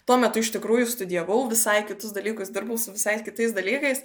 tuo metu iš tikrųjų studijavau visai kitus dalykus dirbau su visai kitais dalykais